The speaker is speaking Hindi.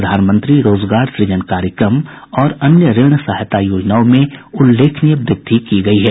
प्रधानमंत्री रोजगार सुजन कार्यक्रम और अन्य ऋण सहायता योजनाओं में उल्लेखनीय वृद्धि की गयी है